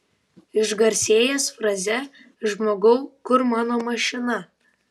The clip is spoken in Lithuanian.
išgarsėjęs fraze žmogau kur mano mašina